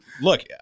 look